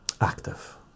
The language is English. Active